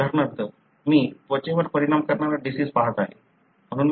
उदाहरणार्थ मी त्वचेवर परिणाम करणारा डिसिज पाहत आहे